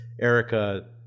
Erica